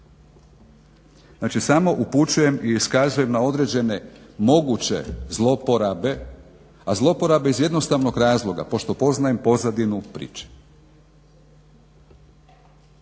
Znači, samo upućujem i iskazujem na određene moguće zlouporabe, a zlouporabe iz jednostavnog razloga pošto poznajem pozadinu priče.